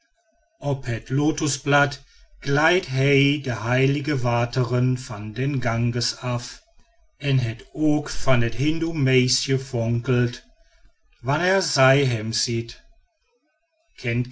op het lotusblad glijdt hij de heilige wateren van den ganges af en het oog van het